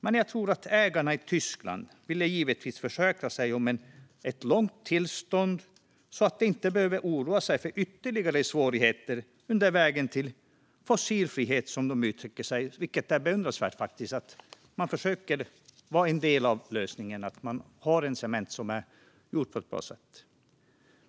Men jag tror att ägarna i Tyskland givetvis ville försäkra sig om ett långt tillstånd så att de inte behöver oroa sig för ytterligare svårigheter under vägen till fossilfrihet, som de uttrycker sig. Det är faktiskt beundransvärt att de försöker vara en del av lösningen och ha cement som är gjord på ett bra sätt.